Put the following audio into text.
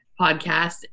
podcast